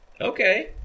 Okay